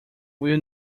will